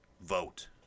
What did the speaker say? vote